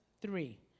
three